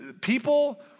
people